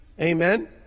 amen